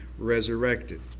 resurrected